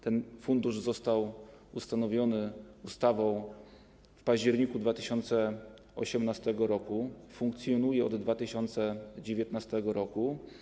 Ten fundusz został ustanowiony ustawą w październiku 2018 r., a funkcjonuje od 2019 r.